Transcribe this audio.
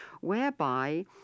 whereby